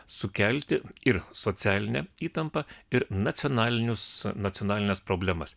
sukelti ir socialinę įtampą ir nacionalinius nacionalines problemas